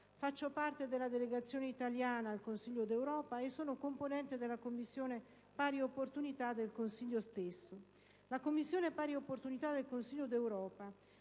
Faccio parte della delegazione italiana al Consiglio d'Europa e sono componente della Commissione pari opportunità del Consiglio stesso. La Commissione pari opportunità del Consiglio d'Europa